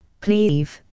please